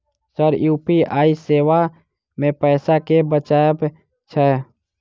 Sir UPI सेवा मे पैसा केँ बचाब छैय?